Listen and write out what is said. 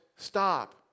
stop